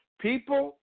People